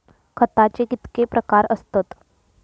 खताचे कितके प्रकार असतत?